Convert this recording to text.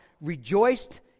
Rejoiced